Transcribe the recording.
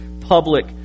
public